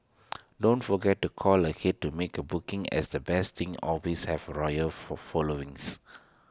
don't forget to call ahead to make A booking as the best things always have loyal for followings